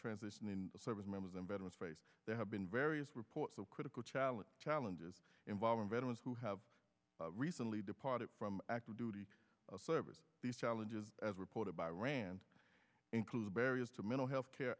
transition into service members and veterans face they have been various reports of critical challenge challenges involving veterans who have recently departed from active duty service these challenges as reported by rand include barriers to mental health care